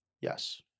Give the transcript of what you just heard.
Yes